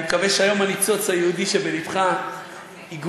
אני מקווה שהיום הניצוץ היהודי שבלבך יגרום